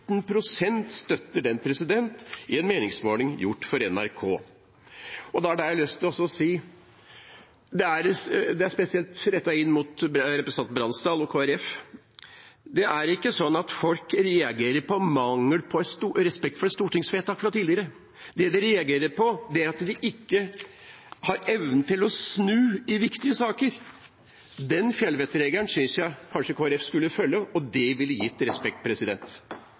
en meningsmåling gjort for NRK. Det er da jeg har lyst til å si, og dette er spesielt rettet til representanten Bransdal og Kristelig Folkeparti, at det ikke er sånn at folk reagerer på manglende respekt for et stortingsvedtak fra tidligere. Det de reagerer på, er at man ikke har evnen til å snu i viktige saker. Den fjellvettregelen synes jeg kanskje Kristelig Folkeparti skulle følge, og det ville gitt respekt.